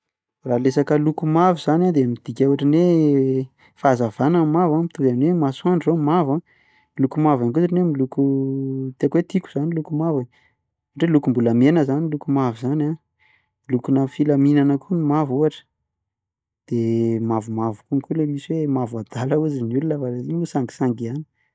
Raha resaka loko mavo zany a de midika ohatry ny hoe fahazavana ny mavo a, mitovy amin'ny hoe masoandro zao mavo a, ny loko mavo ihany koa ohatran'ny hoe miloko teko tiako znay ny loko mavo e, ohatra hoe lokom-bolamena zany loko mavo zany, lokonà filaminana koa ny loko mavo ohatra, de mavomavo konko le misy hoe mavo adala hozy ny olona fa iny moa sangisangy ihany.